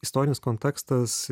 istorinis kontekstas